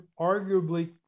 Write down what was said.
arguably